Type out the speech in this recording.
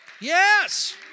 Yes